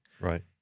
Right